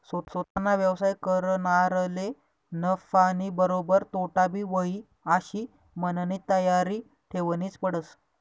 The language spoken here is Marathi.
सोताना व्यवसाय करनारले नफानीबरोबर तोटाबी व्हयी आशी मननी तयारी ठेवनीच पडस